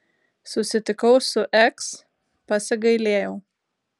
susitikau su eks pasigailėjau